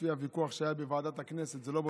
לפי הוויכוח שהיה בוועדת הכנסת לא בטוח,